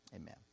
Amen